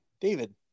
David